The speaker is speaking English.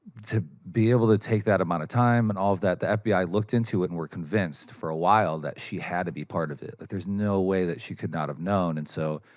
to be able to take that amount of time, and all of that. the fbi looked into it and were convinced, for a while, that she had to be part of it. like there's no way that she could not have known. and so,